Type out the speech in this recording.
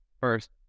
first